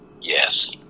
yes